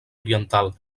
oriental